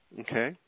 Okay